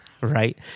right